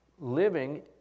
living